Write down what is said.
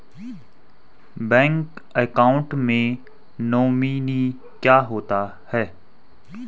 Bank account में nominee क्या होता है?